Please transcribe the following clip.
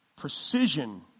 precision